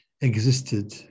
existed